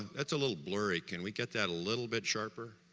that's a little blurry. can we get that a little bit sharper?